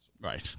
Right